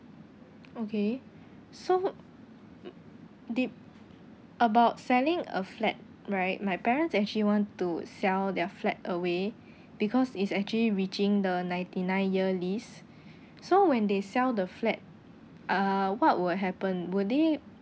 okay so mm the about selling a flat right my parents actually want to sell their flat away because it's actually reaching the ninety nine year lease so when they sell the flat ah what would happen would they